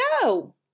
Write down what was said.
go